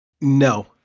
no